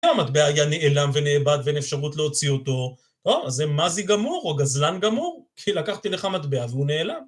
אם המטבע היה נעלם ונאבד ואין אפשרות להוציא אותו או אז זה מזי גמור או גזלן גמור כי לקחתי לך מטבע והוא נעלם